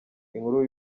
inkuru